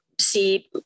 see